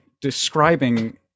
describing